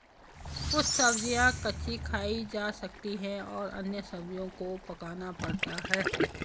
कुछ सब्ज़ियाँ कच्ची खाई जा सकती हैं और अन्य सब्ज़ियों को पकाना पड़ता है